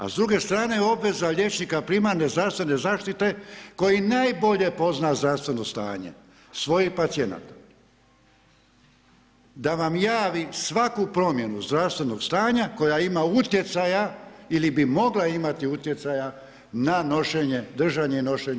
A s druge strane je obveza liječnika primarne zdravstvene zaštite koji najbolje pozna zdravstveno stanje svojih pacijenata, da vam javi svaku promjenu zdravstvenog stanja koja ima utjecaja ili bi mogla imati utjecaja na nošenje, držanje i nošenje